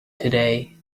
today